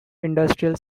industrial